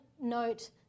note